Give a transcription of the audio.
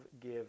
give